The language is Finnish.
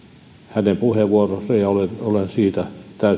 hänen puheenvuoroonsa ja olen siitä